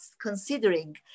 considering